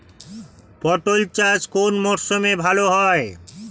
পটল চাষ কোন মরশুমে ভাল হয়?